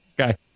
okay